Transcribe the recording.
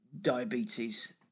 diabetes